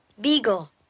Beagle